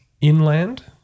inland